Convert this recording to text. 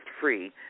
free